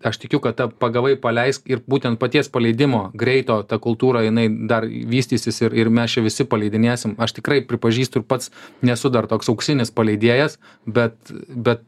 aš tikiu kad ta pagavai paleisk ir būtent paties paleidimo greito ta kultūra jinai dar vystysis ir ir mes čia visi paleidinėsim aš tikrai pripažįstu ir pats nesu dar toks auksinis paleidėjas bet bet